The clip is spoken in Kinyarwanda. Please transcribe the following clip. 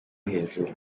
hejuru